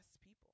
people